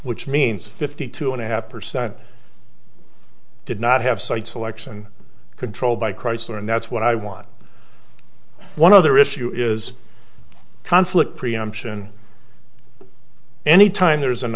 which means fifty two and a half percent did not have site selection control by chrysler and that's what i want one other issue is conflict preemption anytime there is an